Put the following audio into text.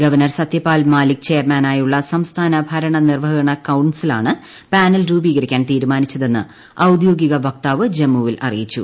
governor Satyapal Malik ചെയർമാനായുള്ള സംസ്ഥാന ഭരണ നിർവഹണ കൌൺസിലാണ് പാനൽ രൂപീകരിക്കാൻ തീരുമാനിച്ചതെന്ന് ഔദ്യോഗിക വക്താവ് ജമ്മുവിൽ അറിയിച്ചു